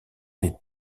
les